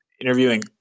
interviewing